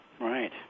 Right